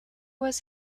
was